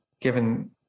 given